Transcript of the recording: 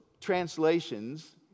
translations